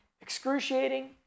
excruciating